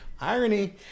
irony